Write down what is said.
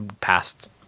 past